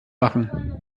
machen